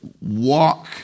walk